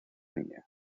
niña